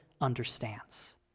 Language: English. understands